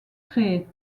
créées